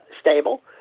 stable